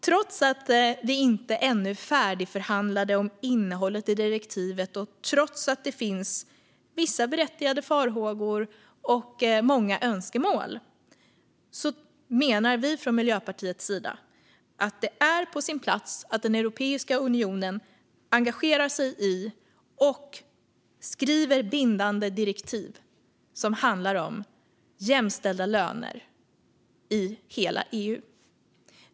Trots att det inte ännu är färdigförhandlat om innehållet i direktivet och trots att det finns vissa berättigade farhågor och många önskemål menar vi från Miljöpartiets sida att det är på sin plats att Europeiska unionen engagerar sig i detta och skriver bindande direktiv som handlar om jämställda löner i hela EU.